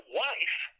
wife